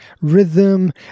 rhythm